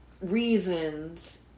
reasons